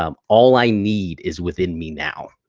um all i need is within me now.